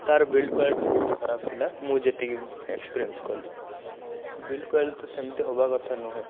ତାର built quality ବହୁତ ଖରାପ ଥିଲା ମୁଁ ଯେତିକି ଏକ୍ସପିରେନ୍ସ କଲି ବିଲ୍ଟ କ୍ୱାଲିଟି ତ ସେମିତି ହେବା କଥା ନୁହେଁ